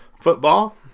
football